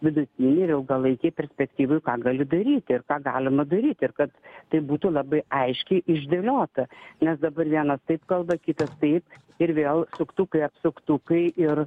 vidutinėj ir ilgalaikėj perspektyvoj ką gali daryti ir ką galima daryti ir kad tai būtų labai aiškiai išdėliota nes dabar vienas taip kalba kitas taip ir vėl suktukai apsuktukai ir